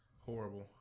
Horrible